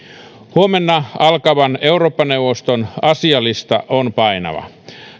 huomenna alkavan eurooppa neuvoston asialista on painava